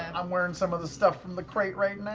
and i'm wearing some of the stuff from the crate right